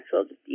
actual